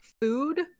food